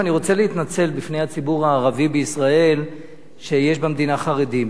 אני רוצה להתנצל בפני הציבור הערבי בישראל שיש במדינה חרדים,